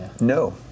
No